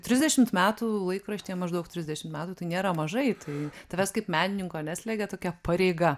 trisdešimt metų laikraštyje maždaug trisdešimt metų tai nėra mažai tai tavęs kaip menininko neslegia tokia pareiga